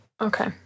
Okay